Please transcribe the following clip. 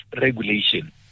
regulation